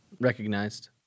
recognized